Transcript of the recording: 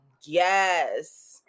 Yes